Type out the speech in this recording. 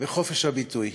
וחופש הביטוי,